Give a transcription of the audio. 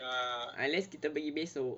unless kita pergi besok